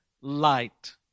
light